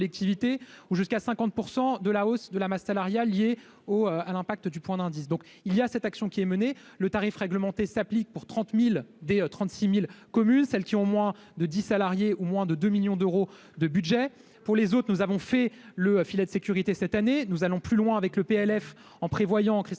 ou jusqu'à 50 % de la hausse de la masse salariale liée au à l'impact du point d'indice, donc il y a cette action qui est menée, le tarif réglementé s'applique pour 30000 des 36000 communes, celles qui ont moins de 10 salariés ou moins de 2 millions d'euros de budget pour les autres, nous avons fait le filet de sécurité cette année nous allons plus loin avec le PLF en prévoyant Christophe